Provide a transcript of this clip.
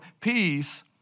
peace